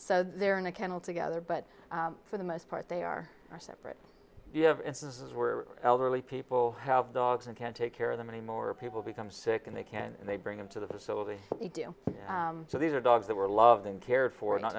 so they're in a kennel together but for the most part they are our separate this is were elderly people have dogs and can take care of the many more people become sick and they can and they bring them to the facility they do so these are dogs that were loved and cared for not